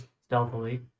stealthily